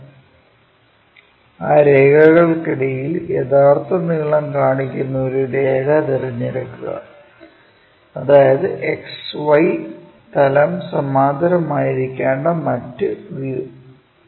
എന്നിട്ട് ആ രേഖകൾക്കിടയിൽ യഥാർത്ഥ നീളം കാണിക്കുന്ന ഒരു രേഖ തിരഞ്ഞെടുക്കുക അതായത് XY തലം സമാന്തരമായിരിക്കേണ്ട മറ്റ് വ്യൂ